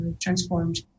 transformed